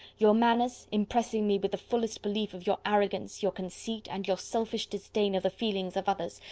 your manners, impressing me with the fullest belief of your arrogance, your conceit, and your selfish disdain of the feelings of others,